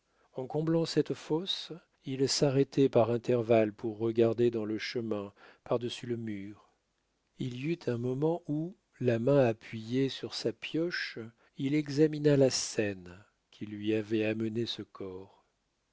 en comblant cette fosse il s'arrêtait par intervalles pour regarder dans le chemin par-dessus le mur il y eut un moment où la main appuyée sur sa pioche il examina la seine qui lui avait amené ce corps